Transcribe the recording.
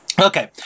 okay